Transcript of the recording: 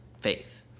faith